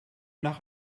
nach